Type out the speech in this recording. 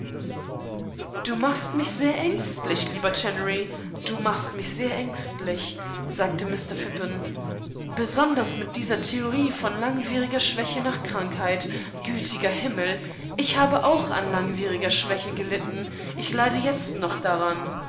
du machst mich sehr ängstlich lieber chennery du machst mich sehr ängstlich sagte mr phippen besonders mit dieser theorie von langwieriger schwäche nach krankheit gütiger himmel ich habe auch an langwieriger schwäche gelitten ich leidejetztnochdaran